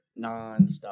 nonstop